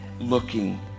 looking